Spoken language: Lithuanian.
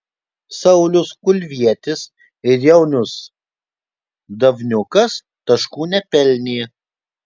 saulius kulvietis ir jaunius davniukas taškų nepelnė